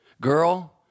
Girl